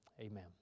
amen